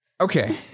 Okay